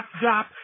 drop